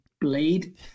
blade